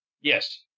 Yes